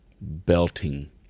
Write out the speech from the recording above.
belting